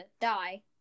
die